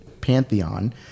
Pantheon